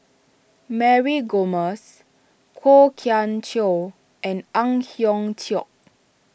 Mary Gomes Kwok Kian Chow and Ang Hiong Chiok